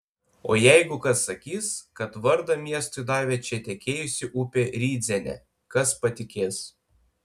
o jeigu kas sakys kad vardą miestui davė čia tekėjusi upė rydzene kas patikės